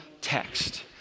text